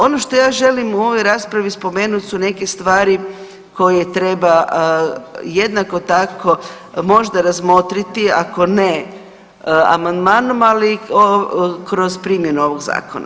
Ono što ja želim u ovoj raspravi spomenuti su neke stvari koje treba jednako tako možda razmotriti ako ne amandmanom, ali kroz primjenu ovoga Zakona.